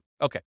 Okay